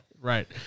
Right